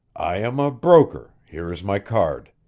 i am a broker here is my card.